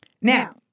now